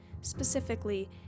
Specifically